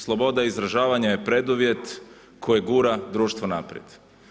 Sloboda izražavanja je preduvjet koji gura društvo naprijed.